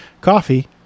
coffee